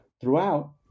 Throughout